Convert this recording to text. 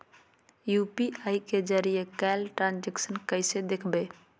UPI के जरिए कैल ट्रांजेक्शन कैसे देखबै?